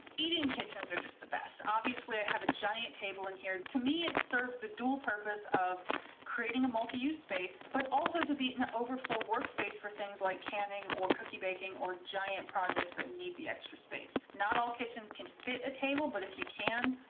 eating kitchens are just the best. obviously i have a giant table in here. to me, it serves the dual purpose of creating a multi-use space, but also to be in an overflow workspace for things like canning or cookie baking or giant projects that need the extra space. not all kitchens can fit a table, but if you can,